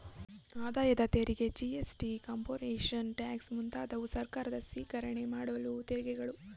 ಆದಾಯ ತೆರಿಗೆ GST, corporation tax ಮುಂತಾದವು ಸರ್ಕಾರ ಸ್ವಿಕರಣೆ ಮಾಡುವ ತೆರಿಗೆಗಳು